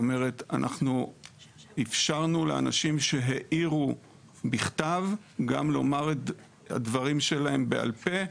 זאת אומרת אפשרנו לאנשים שהעירו בכתב גם לומר את הדברים שלהם בעל-פה,